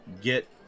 get